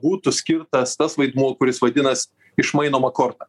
būtų skirtas tas vaidmuo kuris vadinas išmainoma korta